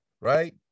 right